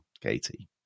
Katie